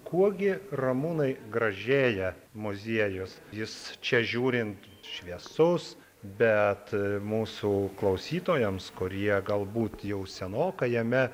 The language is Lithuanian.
kuo gi ramūnai gražėja muziejus jis čia žiūrint šviesus bet mūsų klausytojams kurie galbūt jau senokai jame